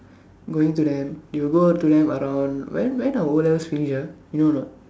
going to them they will go to them around when when our o-levels finish ah you know or not